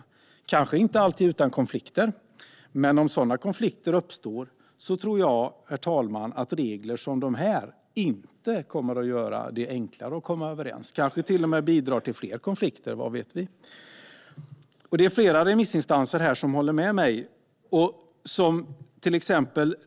Kanske gör man det inte alltid utan konflikter, men om sådana konflikter uppstår tror jag inte att regler som de här kommer att göra det enklare att komma överens. Kanske bidrar de till och med till fler konflikter. Vad vet vi? Det är flera remissinstanser som håller med mig.